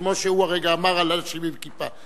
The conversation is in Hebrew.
כמו שהוא הרגע אמר על אנשים עם כיפה.